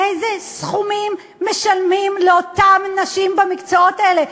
איזה סכומים משלמים לאותן נשים במקצועות האלה?